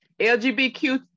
LGBTQ